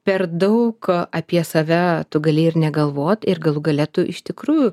per daug apie save tu gali ir negalvot ir galų gale tu iš tikrųjų